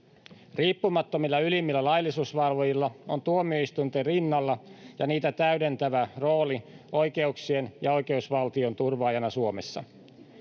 Riippumattomilla ylimmillä laillisuusvalvojilla on tuomioistuinten rinnalla ja niitä täydentävä rooli oikeuksien ja oikeusvaltion turvaajana Suomessa.